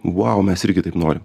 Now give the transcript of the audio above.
vau mes irgi taip norim